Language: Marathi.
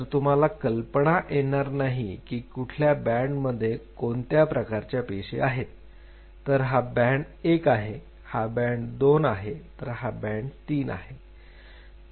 तर तुम्हाला कल्पना येणार नाही की कुठल्या बँडमध्ये कोणत्या प्रकारच्या पेशी आहेत तर हा बँड एक आहे हा बँड दोन आहे तर हा बँड तीन आहे